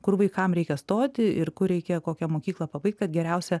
kur vaikam reikia stoti ir kur reikia kokią mokyklą pabaigt kad geriausia